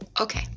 Okay